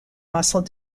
muscle